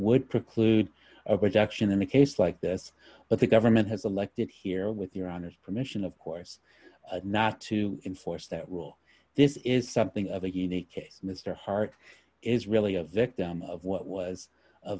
would preclude a production in a case like this but the government has elected here with your honor's permission of course not to enforce that rule this is something of a unique case mr hart is really a victim of what was a